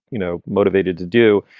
you know, motivated to do.